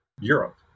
Europe